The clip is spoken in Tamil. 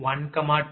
𝐿𝑁 மற்றும் 𝑘 12